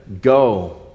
Go